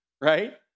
right